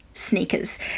Sneakers